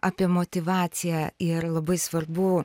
apie motyvaciją ir labai svarbu